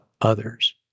others